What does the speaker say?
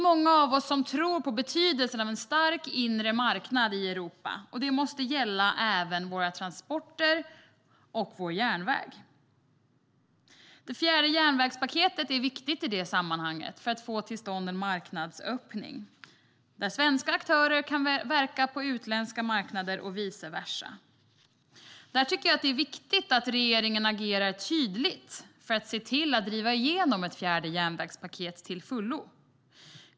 Många av oss tror på betydelsen av en stark inre marknad i Europa. Det måste även gälla våra transporter och vår järnväg. Det fjärde järnvägspaketet är i det sammanhanget viktigt för att få till stånd en marknadsöppning, där svenska aktörer kan verka på utländska marknader och vice versa. Jag tycker att regeringen ska agera tydligt för att se till att driva igenom ett fjärde järnvägspaket till fullo.